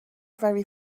very